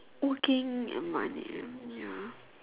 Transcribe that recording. working for money ya